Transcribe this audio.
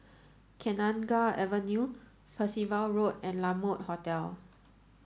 Kenanga Avenue Percival Road and La Mode Hotel